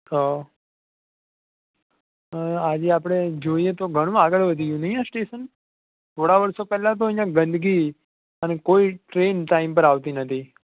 અ આજે આપણે જોઈએ તો ઘણું આગળ વધી ગયું નહીં આ સ્ટેશન થોડા વર્ષો પહેલાં તો અહીં ગંદગી અને કોઈ ટ્રેન ટાઈમ પર આવતી નહોતી